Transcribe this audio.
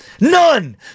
None